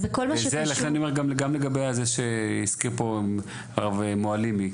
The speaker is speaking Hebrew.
לכן אני אומר גם לגבי זה שהזכיר פה הרב מעלימי,